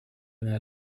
una